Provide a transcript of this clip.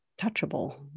touchable